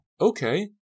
okay